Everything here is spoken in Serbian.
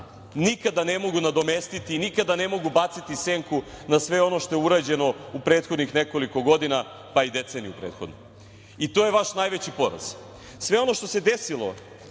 nikada ne mogu nadomestiti i nikada ne mogu baciti senku na sve ono što je urađeno u prethodnih nekoliko godina, pa i deceniju prethodnu. I to je vaš najveći poraz. Sve ono što se desilo